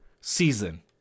season